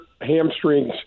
hamstrings